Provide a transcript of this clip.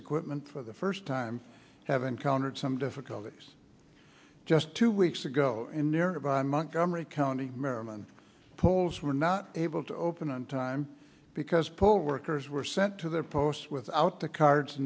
equipment for the first time have encountered some difficulties just two weeks ago in nearby montgomery county maryland polls were not able to open on time because poll workers were sent to their posts without the cards